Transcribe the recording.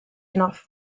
enough